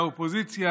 לאופוזיציה,